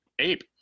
ape